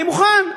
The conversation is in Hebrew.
אני מוכן.